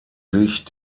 sich